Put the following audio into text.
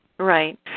Right